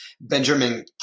Benjamin